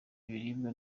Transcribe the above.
ibiribwa